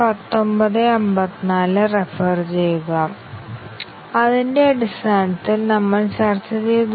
സാധാരണയായി കമ്പനികൾ കോഡ് 10 മക് കേബിന്റെ മെട്രിക്കിൽ കുറവായിരിക്കണമെന്ന് ആവശ്യപ്പെടുന്നു